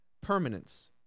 permanence